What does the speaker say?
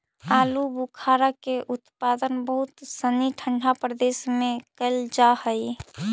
आलूबुखारा के उत्पादन बहुत सनी ठंडा प्रदेश में कैल जा हइ